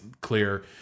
clear